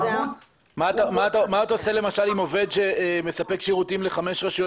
מה אתה עושה למשל עם עובד שמספק שירותים לחמש רשויות